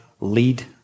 lead